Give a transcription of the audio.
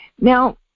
Now